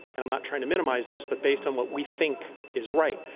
and i'm not trying to minimize this, but based on what we think is right.